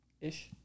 Ish